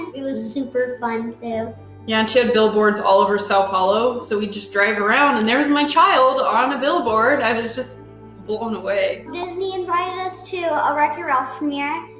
it was super fun too. yeah and she had billboards all over sao paulo, so we'd just drive around and there's my child on a billboard. i was just blown away. disney invited us to a wreck-it ralph premiere.